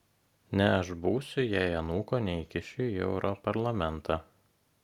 ne aš būsiu jei anūko neįkišiu į europarlamentą